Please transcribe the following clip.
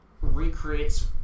recreates